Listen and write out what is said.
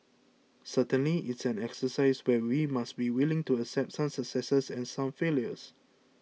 certainly it's an exercise where we must be willing to accept some successes and some failures